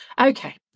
Okay